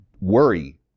worry